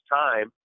time